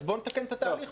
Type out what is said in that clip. אז בוא נתקן את התהליך,